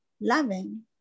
loving